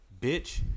bitch